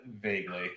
Vaguely